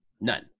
None